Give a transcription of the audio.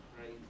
right